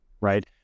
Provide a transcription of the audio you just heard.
right